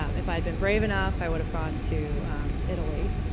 um if i had been brave enough i would have gone to italy.